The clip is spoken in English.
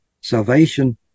Salvation